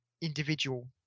individual